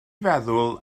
feddwl